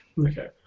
Okay